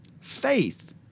faith